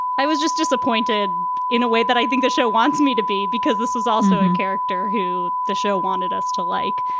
i was just disappointed in a way that i think the show wants me to be, because this was also a character who the show wanted us to like.